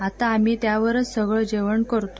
आता आम्ही त्यावरचं सगळं जेवण करतो